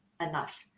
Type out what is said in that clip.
enough